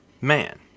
man